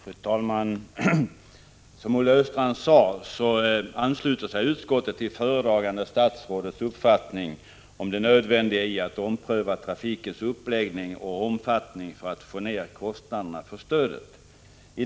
Fru talman! Som Olle Östrand sade, ansluter sig utskottet till föredragande statsrådets uppfattning om det nödvändiga i att ompröva trafikens uppläggning och omfattning för att kostnaderna för stödet skall kunna minskas.